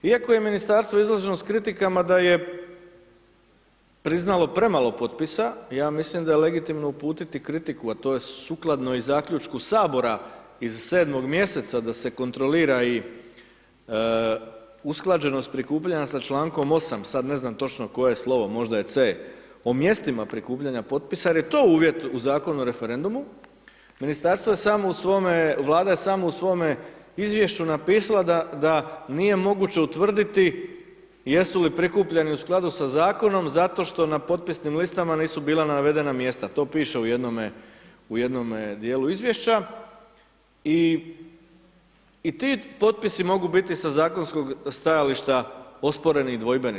Iako je Ministarstvo ... s kritikama da je priznalo premalo potpisa, ja mislim da je legitimno uputiti kritiku, a to je sukladno i zaključku Sabora iz sedmog mjeseca da se kontrolira i usklađenost prikupljanja sa člankom 8., sad ne znam točno koje je slovo, možda je c, o mjestima prikupljanja potpisa, jer je to uvijek u Zakonu o referendumu, Ministarstvo je samo u svome, Vlada je samo u svome izvješću napisala da, da nije moguće utvrditi jesu li prikupljeni u skladu sa Zakonom zato što na potpisnim listama nisu bila navedena mjesta, to piše u jednome, u jednome dijelu izvješća, i ti potpisi mogu biti sa zakonskog stajališta osporeni i dvojbeni.